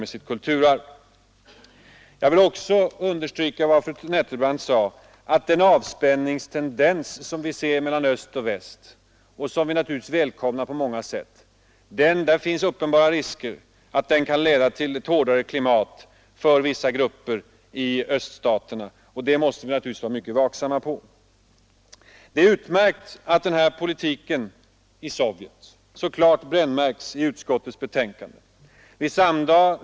Jag vill också understryka vad fru tredje vice talmannen Nettelbrandt sade, nämligen att det finns uppenbara risker för att den avspänningstendens som vi nu ser mellan öst och väst, och som vi naturligtvis välkomnar på många sätt, kan leda till ett hårdare klimat för vissa grupper i öststaterna. Det måste vi vara mycket uppmärksamma på. Det är utmärkt att politiken i Sovjet så klart brännmärks i utskottets betänkande.